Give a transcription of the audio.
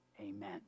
Amen